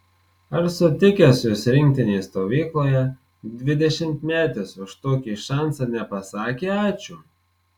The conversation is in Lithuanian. ar sutikęs jus rinktinės stovykloje dvidešimtmetis už tokį šansą nepasakė ačiū